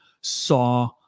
saw